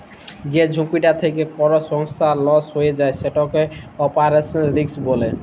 যে ঝুঁকিটা থ্যাকে কল সংস্থার লস হঁয়ে যায় সেটকে অপারেশলাল রিস্ক ব্যলে